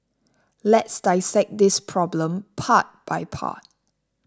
let's dissect this problem part by part